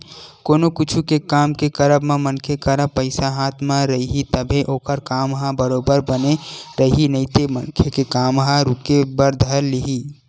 कोनो कुछु के काम के करब म मनखे करा पइसा हाथ म रइही तभे ओखर काम ह बरोबर बने रइही नइते मनखे के काम ह रुके बर धर लिही